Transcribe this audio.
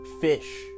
fish